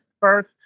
first